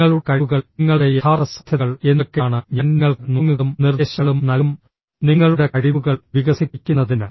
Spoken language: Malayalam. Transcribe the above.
നിങ്ങളുടെ കഴിവുകൾ നിങ്ങളുടെ യഥാർത്ഥ സാധ്യതകൾ എന്തൊക്കെയാണ് ഞാൻ നിങ്ങൾക്ക് നുറുങ്ങുകളും നിർദ്ദേശങ്ങളും നൽകും നിങ്ങളുടെ കഴിവുകൾ വികസിപ്പിക്കുന്നതിന്